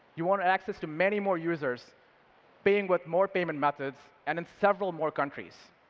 you wanted access to many more users paying with more payment methods and in several more countries.